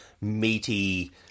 meaty